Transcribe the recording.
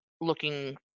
looking